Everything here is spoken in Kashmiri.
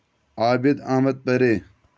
عابد احمد پرے